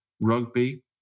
rugby